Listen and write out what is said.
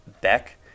Beck